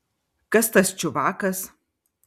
kas tas čiuvakas